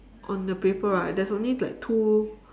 on the paper right there's only like two